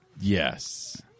Yes